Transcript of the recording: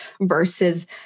versus